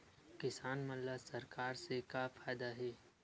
किसान मन ला सरकार से का फ़ायदा हे?